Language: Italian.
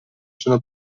sono